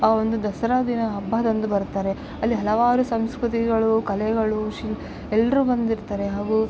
ಆ ಒಂದು ದಸರಾ ದಿನ ಹಬ್ಬದಂದು ಬರುತ್ತಾರೆ ಅಲ್ಲಿ ಹಲವಾರು ಸಂಸ್ಕೃತಿಗಳು ಕಲೆಗಳು ಶಿಲ್ ಎಲ್ಲ್ರು ಬಂದಿರ್ತಾರೆ ಹಾಗು